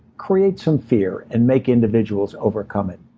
create some fear and make individuals overcome it.